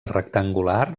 rectangular